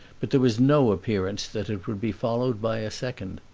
but there was no appearance that it would be followed by a second.